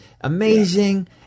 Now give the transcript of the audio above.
amazing